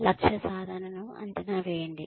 లక్ష్య సాధనను అంచనా వేయండి